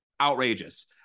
outrageous